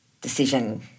decision